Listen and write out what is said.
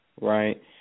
right